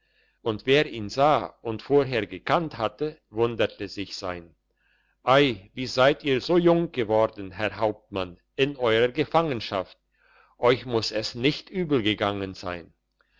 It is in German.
und wer ihn sah und vorher gekannt hatte wunderte sich sein ei wie seid ihr so jung geworden herr hauptmann in eurer gefangenschaft euch muss es nicht übel gegangen sein